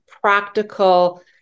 practical